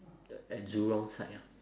at jurong side ah